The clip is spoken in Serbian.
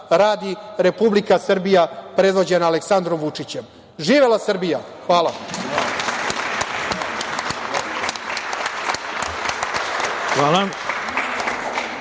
radi Republika Srbija predvođena Aleksandrom Vučićem. Živela Srbija. Hvala.